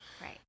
right